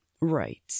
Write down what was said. Right